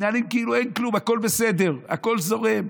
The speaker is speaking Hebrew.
מתנהלים כאילו אין כלום, הכול בסדר, הכול זורם,